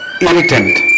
Irritant